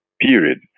period